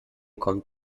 kommt